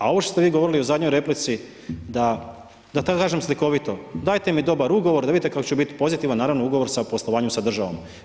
A ovo što ste vi govorili u zadnjoj replici, da tako kažem slikovito, dajte mi dobar ugovor da vidite kako ću biti pozitivan, naravno ugovor u poslovanju sa državom.